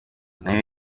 nayo